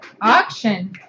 Auction